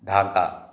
Dhaka